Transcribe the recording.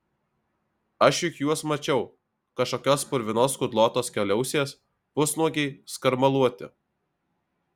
aš juk juos mačiau kažkokios purvinos kudlotos kaliausės pusnuogiai skarmaluoti